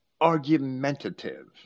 argumentative